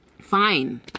fine